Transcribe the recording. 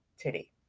today